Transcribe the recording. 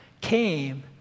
came